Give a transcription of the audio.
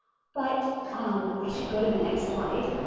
but um i should go to the next slide.